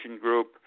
Group